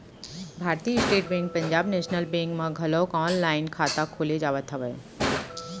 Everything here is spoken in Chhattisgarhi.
भारतीय state bank Punjab national bank म घलोक ऑनलाईन खाता खोले जावत हवय